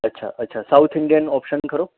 અચ્છા અચ્છા South Indian option ખરો